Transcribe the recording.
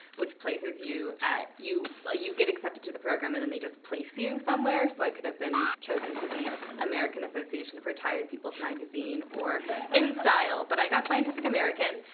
which places you at you ah you get accepted to the program and and they just place you somewhere. so i could have been chosen to the american association for retired people's magazine or in-style, but i got scientific american.